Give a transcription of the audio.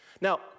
Now